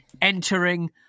entering